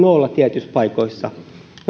olla tietyissä paikoissa